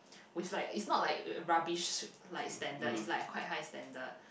with like it's not like rubbish like standard it's like quite high standard